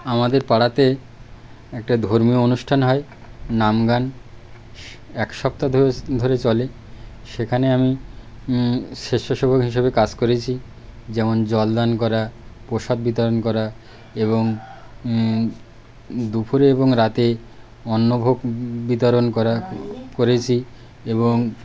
আমাদের পাড়াতে একটা ধর্মীয় অনুষ্ঠান হয় নামগান এক সপ্তাহ ধরে চলে সেখানে আমি স্বেচ্ছাসেবক হিসেবে কাজ করেছি যেমন জলদান করা প্রসাদ বিতরণ করা এবং দুপুরে এবং রাতে অন্নভোগ বিতরণ করা করেছি এবং